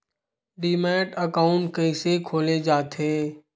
Demat account कइसे खोले जाथे?